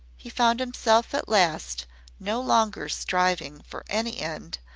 he found himself at last no longer striving for any end,